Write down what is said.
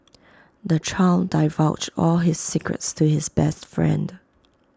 the child divulged all his secrets to his best friend